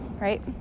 right